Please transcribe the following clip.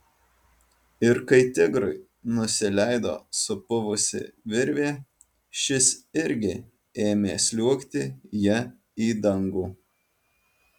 ir kai tigrui nusileido supuvusi virvė šis irgi ėmė sliuogti ja į dangų